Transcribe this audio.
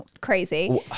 crazy